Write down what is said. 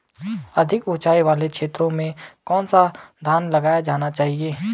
अधिक उँचाई वाले क्षेत्रों में कौन सा धान लगाया जाना चाहिए?